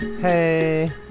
Hey